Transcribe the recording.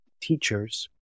teachers